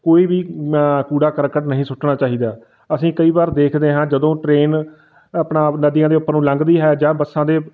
ਕੋਈ ਵੀ ਕੂੜਾ ਕਰਕਟ ਨਹੀਂ ਸੁੱਟਣਾ ਚਾਹੀਦਾ ਅਸੀਂ ਕਈ ਵਾਰ ਦੇਖਦੇ ਹਾਂ ਜਦੋਂ ਟ੍ਰੇਨ ਆਪਣਾ ਆਪ ਨਦੀਆਂ ਦੇ ਉੱਪਰੋਂ ਲੰਘਦੀ ਹੈ ਜਾਂ ਬੱਸਾਂ ਦੇ